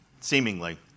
seemingly